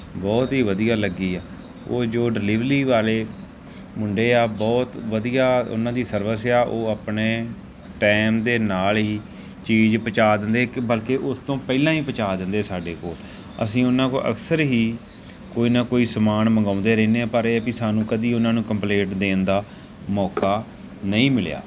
ਬਹੁਤ ਹੀ ਵਧੀਆ ਲੱਗੀ ਆ ਉਹ ਜੋ ਡਿਲੀਵਲੀ ਵਾਲੇ ਮੁੰਡੇ ਆ ਬਹੁਤ ਵਧੀਆ ਉਹਨਾਂ ਦੀ ਸਰਵਿਸ ਆ ਉਹ ਆਪਣੇ ਟਾਈਮ ਦੇ ਨਾਲ ਹੀ ਚੀਜ਼ ਪਹੁੰਚਾ ਦਿੰਦੇ ਬਲਕਿ ਉਸ ਤੋਂ ਪਹਿਲਾਂ ਹੀ ਪਹੁੰਚਾ ਦਿੰਦੇ ਸਾਡੇ ਕੋਲ ਅਸੀਂ ਉਹਨਾਂ ਕੋਲ ਅਕਸਰ ਹੀ ਕੋਈ ਨਾ ਕੋਈ ਸਮਾਨ ਮੰਗਵਾਉਂਦੇ ਰਹਿਦੇ ਹਾਂ ਪਰ ਇਹ ਵੀ ਸਾਨੂੰ ਕਦੇ ਉਹਨਾਂ ਨੂੰ ਕੰਪਲੇਂਟ ਦੇਣ ਦਾ ਮੌਕਾ ਨਹੀਂ ਮਿਲਿਆ